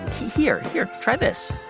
here, here, try this.